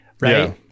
right